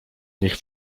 nich